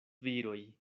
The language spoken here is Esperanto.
viroj